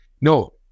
No